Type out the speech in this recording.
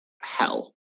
hell